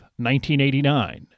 1989